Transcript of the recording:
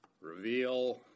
reveal